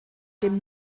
dem